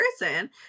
person